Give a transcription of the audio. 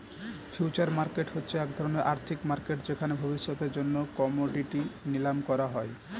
future market হচ্ছে এক ধরণের আর্থিক মার্কেট যেখানে ভবিষ্যতের জন্য কোমোডিটি নিলাম করা হয়